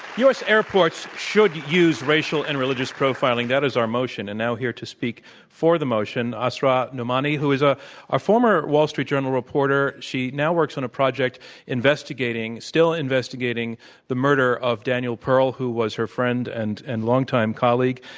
u. s. airports should use racial and religious profiling. that is our motion. and now here to speak for the motion, asra nomani who is a ah former wall street journal reporter. six she now works on a project project investigating, still investigating the murder of daniel pearl who was her friend and and long-time colleague.